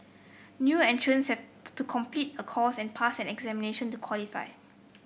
new entrants have to complete a course and pass an examination to qualify